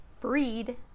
breed